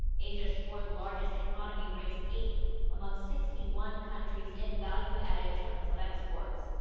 asia's fourth largest economy ranks eighth among sixty one countries in value added terms of exports.